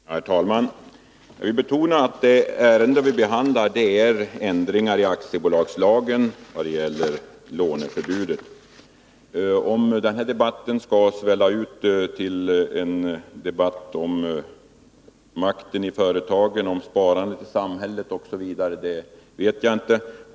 Herr talman! Jag vill betona att det ärende vi behandlar gäller ändringar i aktiebolagslagen vad det gäller låneförbudet. Jag vet inte om det är lämpligt att låta debatten svälla ut till en debatt om makten i företagen, om sparandet i samhället osv.